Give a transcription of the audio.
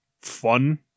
fun